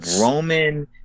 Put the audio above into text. Roman